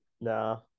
no